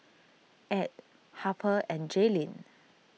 Add Harper and Jaylin